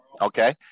okay